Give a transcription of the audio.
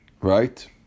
Right